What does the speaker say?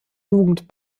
jugend